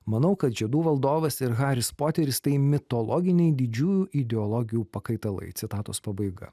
manau kad žiedų valdovas ir haris poteris tai mitologiniai didžiųjų ideologijų pakaitalai citatos pabaiga